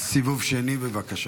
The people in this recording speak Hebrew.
סיבוב שני, בבקשה.